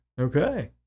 Okay